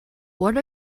what